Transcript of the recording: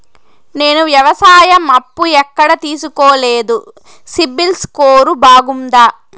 నేను వ్యవసాయం అప్పు ఎక్కడ తీసుకోలేదు, సిబిల్ స్కోరు బాగుందా?